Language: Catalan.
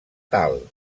tal